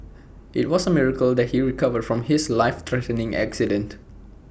IT was A miracle that he recovered from his life threatening accident